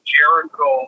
Jericho